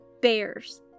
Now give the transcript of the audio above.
bears